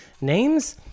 names